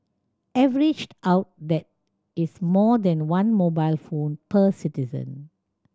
averaged out that is more than one mobile phone per citizen